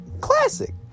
classic